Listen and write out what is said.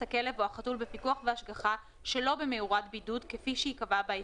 הכלב או החתול בפיקוח והשגחה שלא במאורת בידוד כפי שייקבע בהיתר,